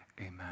Amen